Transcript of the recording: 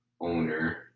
owner